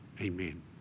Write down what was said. amen